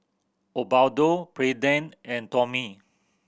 Osbaldo Braeden and Tommy